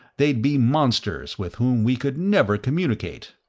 they'd be monsters with whom we could never communicate.